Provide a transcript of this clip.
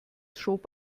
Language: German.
schob